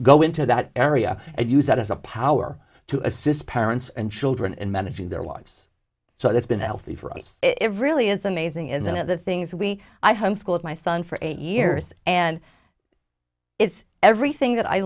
go into that area and use that as a power to assist parents and children and managing their lives so that's been healthy for us every really is amazing and then the things that we i homeschooled my son for eight years and it's everything that i